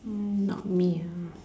hmm not me ah